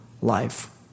life